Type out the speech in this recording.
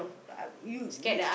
I you you